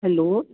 hello